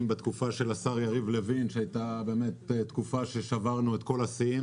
בתקופה של השר יריב לוין שהייתה תקופה שבה שברנו את כל השיאים